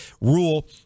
rule